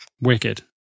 wicked